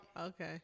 Okay